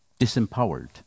disempowered